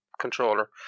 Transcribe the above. controller